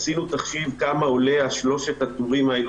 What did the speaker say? עשינו תחשיבה כמה עולה שלושת --- האלה,